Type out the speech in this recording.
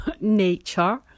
nature